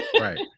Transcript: right